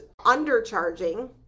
undercharging